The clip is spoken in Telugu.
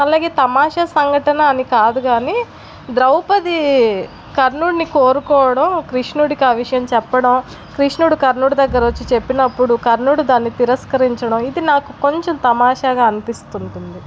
అలాగే తమాషా సంఘటన అని కాదు కానీ ద్రౌపది కర్ణుడిని కోరుకోవడం కృష్ణుడికి ఆ విషయం చెప్పడం కృష్ణుడు కర్ణుడి దగ్గర వచ్చి చెప్పినప్పుడు కర్ణుడు దాన్ని తిరస్కరించడం ఇది నాకు కొంచెం తమాషాగా అనిపిస్తుంటుంది